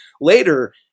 later